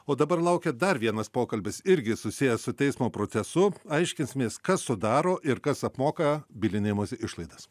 o dabar laukia dar vienas pokalbis irgi susijęs su teismo procesu aiškinsimės kas sudaro ir kas apmoka bylinėjimosi išlaidas